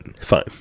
fine